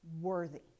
worthy